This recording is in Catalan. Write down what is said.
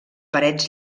parets